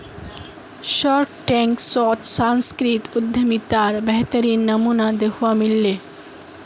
Shark Tank शोत सांस्कृतिक उद्यमितार बेहतरीन नमूना दखवा मिल ले